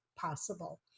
possible